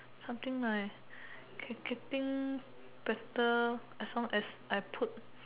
something like can getting better as long as I put